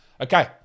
Okay